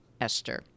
Esther